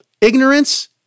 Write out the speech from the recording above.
Ignorance